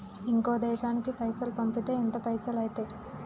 ఇంకో దేశానికి పైసల్ పంపితే ఎంత పైసలు అయితయి?